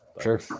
Sure